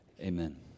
Amen